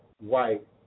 white